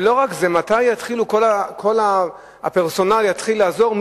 ולא רק זה, מתי הפרסונל יתחיל לעזור?